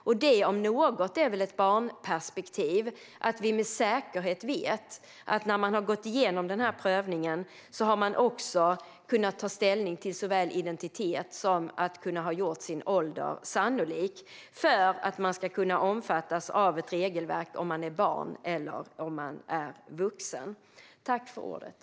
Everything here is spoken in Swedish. Det är väl om något ett barnperspektiv att vi med säkerhet vet att när man har gått igenom prövningen har man såväl kunnat ta ställning till identitet som att göra åldern sannolik. Det handlar ju om huruvida någon ska omfattas av ett regelverk som gäller om man är barn eller ett som gäller om man är vuxen.